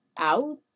Out